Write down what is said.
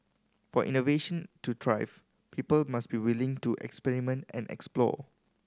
for innovation to thrive people must be willing to experiment and explore